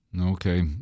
Okay